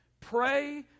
Pray